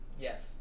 Yes